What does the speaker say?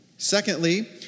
Secondly